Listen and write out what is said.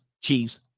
chief's